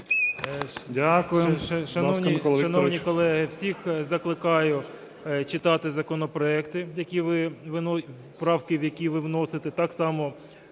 Дякую.